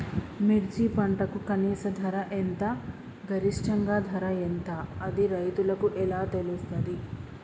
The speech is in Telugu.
మిర్చి పంటకు కనీస ధర ఎంత గరిష్టంగా ధర ఎంత అది రైతులకు ఎలా తెలుస్తది?